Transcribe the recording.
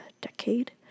decade